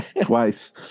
twice